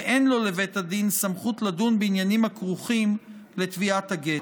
ואין לו לבית הדין סמכות לדון בעניינים הכרוכים בתביעת הגט.